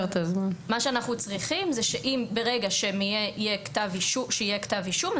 מה שאנחנו צריכים זה שברגע שיהיה כתב אישום,